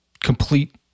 complete